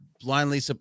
blindly